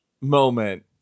moment